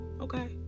Okay